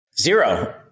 Zero